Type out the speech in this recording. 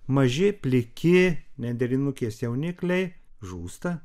maži pliki nendrinukės jaunikliai žūsta